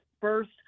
first